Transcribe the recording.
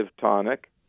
tonic